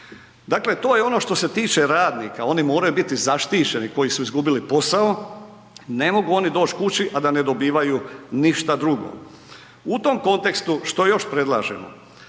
Dakle to je ono što se tiče radnika, oni moraju biti zaštićeni koji su izgubili posao, ne mogu oni doć' kući a da ne dobivaju ništa drugo. U tom kontekstu što još predlažemo?